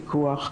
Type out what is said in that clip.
פיקוח.